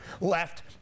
left